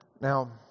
Now